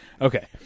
Okay